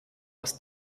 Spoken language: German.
aus